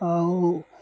ଆଉ